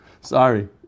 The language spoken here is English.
Sorry